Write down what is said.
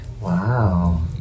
Wow